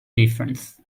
difference